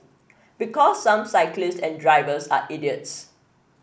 because some cyclists and drivers are idiots